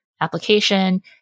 application